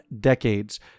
decades